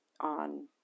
on